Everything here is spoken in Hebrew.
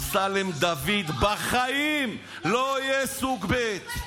דבי: אמסלם דוד בחיים לא יהיה סוג ב',